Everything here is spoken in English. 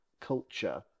culture